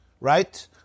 Right